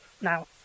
now